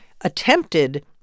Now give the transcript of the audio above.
attempted